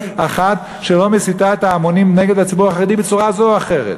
אחת שלא מסיתה את ההמונים נגד הציבור החרדי בצורה זו או אחרת.